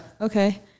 Okay